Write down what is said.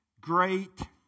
great